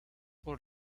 por